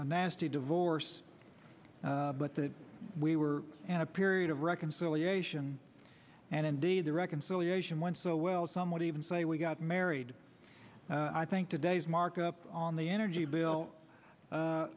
nasty divorce but that we were in a period of reconciliation and indeed the reconciliation went so well some would even say we got married i think today's markup on the energy bill